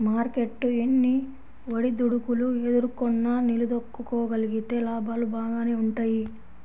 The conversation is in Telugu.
మార్కెట్టు ఎన్ని ఒడిదుడుకులు ఎదుర్కొన్నా నిలదొక్కుకోగలిగితే లాభాలు బాగానే వుంటయ్యి